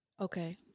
Okay